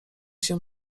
się